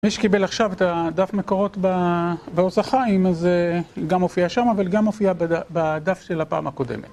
מי שקיבל עכשיו את הדף מקורות בעוז החיים, אם זה גם הופיע שמה, אבל גם הופיע בדף של הפעם הקודמת.